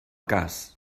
cas